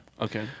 Okay